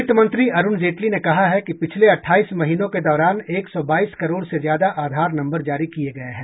वित्त मंत्री अरूण जेटली ने कहा है कि पिछले अठाईस महीनों के दौरान एक सौ बाईस करोड़ से ज्यादा आधार नंबर जारी किए गए हैं